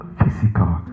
physical